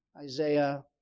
Isaiah